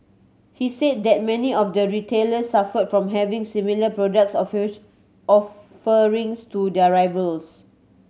he said that many of the retailers suffered from having similar product offerings to their rivals